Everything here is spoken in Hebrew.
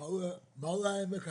מהו עמק השווה?